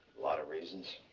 lot of reasons.